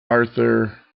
arthur